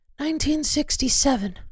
1967